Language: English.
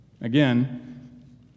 Again